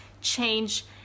change